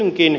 kysynkin